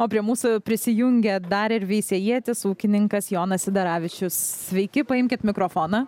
o prie mūsų prisijungė dar ir veisiejietis ūkininkas jonas sidaravičius sveiki paimkit mikrofoną